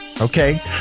Okay